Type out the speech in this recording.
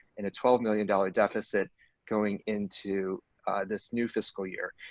and a twelve million dollars deficit going into this new fiscal year.